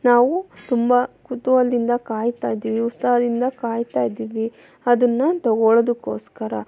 ನಾವು ತುಂಬ ಕುತೂಹಲ್ದಿಂದ ಕಾಯ್ತಾಯಿದ್ದೀವಿ ಉತ್ಸವದಿಂದ ಕಾಯ್ತಾಯಿದ್ದೀವಿ ಅದನ್ನು ತೊಗೊಳ್ಳೋದಕ್ಕೋಸ್ಕರ